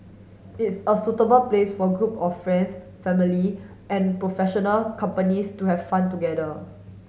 it's a suitable place for group of friends family and professional companies to have fun together